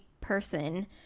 person